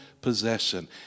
possession